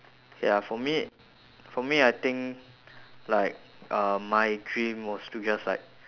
ya for me for me I think like uh my dream was to just like